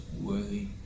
worthy